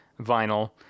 vinyl